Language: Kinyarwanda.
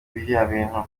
biriya